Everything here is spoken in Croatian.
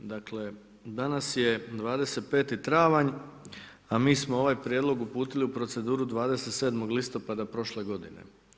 Dakle, danas je 25. travanj, a mi smo ovaj prijedlog uputili u proceduru 27. listopada prošle godine.